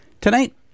Tonight